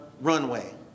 runway